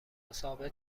ثابت